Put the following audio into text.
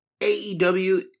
AEW